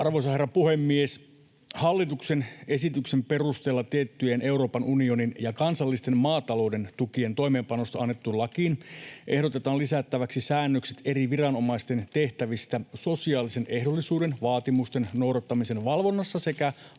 Arvoisa herra puhemies! Hallituksen esityksen perusteella tiettyjen Euroopan unionin ja kansallisten maatalouden tukien toimeenpanosta annettuun lakiin ehdotetaan lisättäväksi säännökset eri viranomaisten tehtävistä sosiaalisen ehdollisuuden vaatimusten noudattamisen valvonnasta sekä